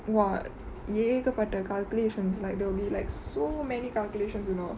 !wah! ஏகப்பட்ட:yegapatta calculations like there will be like so many calculations you know